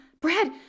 Brad